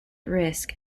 risk